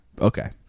Okay